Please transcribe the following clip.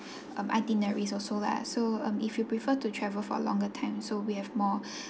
um itineraries also lah so um if you prefer to travel for a longer time so we have more